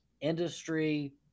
industry